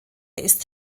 ist